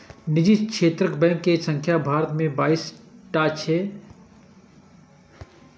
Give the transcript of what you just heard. निजी क्षेत्रक बैंक के संख्या भारत मे बाइस टा छै